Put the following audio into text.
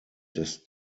des